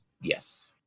Yes